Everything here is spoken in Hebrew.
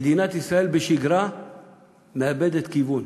בשגרה מדינת ישראל מאבדת כיוון,